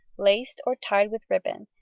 laced or tied with ribbon,